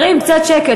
חברים, קצת שקט.